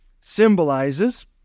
symbolizes